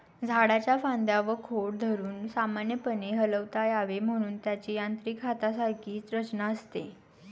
झाडाच्या फांद्या व खोड धरून सामान्यपणे हलवता यावे म्हणून त्याची यांत्रिक हातासारखी रचना असते